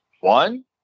one